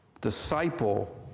disciple